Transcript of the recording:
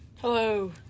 Hello